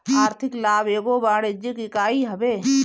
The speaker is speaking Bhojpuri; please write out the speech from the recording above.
आर्थिक लाभ एगो वाणिज्यिक इकाई हवे